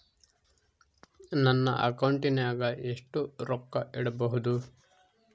ನನ್ನ ಅಕೌಂಟಿನಾಗ ಎಷ್ಟು ರೊಕ್ಕ ಇಡಬಹುದು?